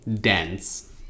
dense